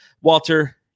Walter